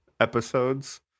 episodes